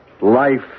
Life